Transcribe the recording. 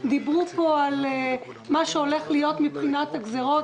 דיברו פה על מה שהולך להיות מבחינת הגזרות.